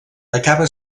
acaba